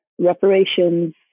Reparations